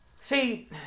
See